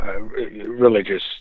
Religious